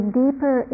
deeper